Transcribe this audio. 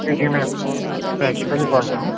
جی جی میں پرنسپل ہی بول رہا ہوں